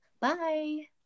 Bye